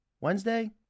Wednesday